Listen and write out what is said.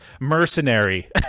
mercenary